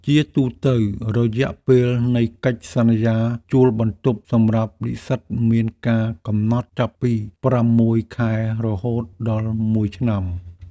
ជាទូទៅ រយៈពេលនៃកិច្ចសន្យាជួលបន្ទប់សម្រាប់និស្សិតមានកាលកំណត់ចាប់ពីប្រាំមួយខែរហូតដល់មួយឆ្នាំ។